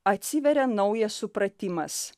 atsiveria naujas supratimas